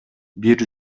бир